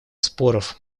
споров